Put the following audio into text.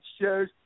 shows